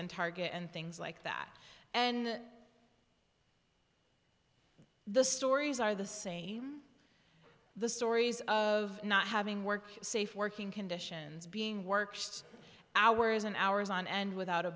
and target and things like that and the stories are the same the stories of not having work safe working conditions being worked hours and hours on end without a